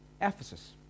Ephesus